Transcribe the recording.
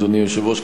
אדוני היושב-ראש,